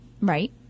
Right